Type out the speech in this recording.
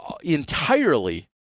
entirely